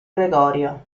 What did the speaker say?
gregorio